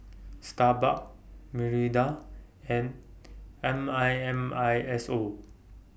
Starbucks Mirinda and M I N I S O